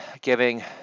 giving